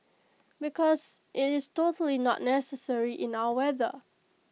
because IT is totally not necessary in our weather